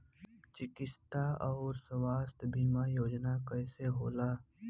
चिकित्सा आऊर स्वास्थ्य बीमा योजना कैसे होला?